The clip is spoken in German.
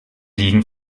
liegen